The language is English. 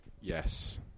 Yes